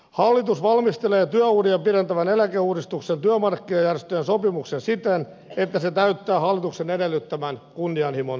hallitus valmistelee työuria pidentävän eläkeuudistuksen työmarkkinajärjestöjen sopimuksen pohjalta siten että se täyttää hallituksen edellyttämän kunnianhimon tason